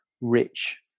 rich